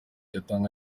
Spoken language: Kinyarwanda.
yatangiye